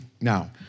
Now